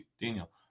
Daniel